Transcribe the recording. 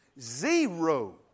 Zero